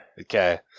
Okay